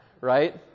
right